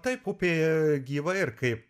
taip upė gyva ir kaip